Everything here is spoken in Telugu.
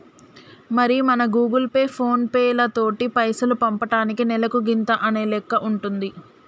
మరి మనం గూగుల్ పే ఫోన్ పేలతోటి పైసలు పంపటానికి నెలకు గింత అనే లెక్క ఉంటుంది